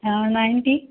हा नाइंटी